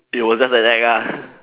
it was just an act lah